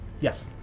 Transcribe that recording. Yes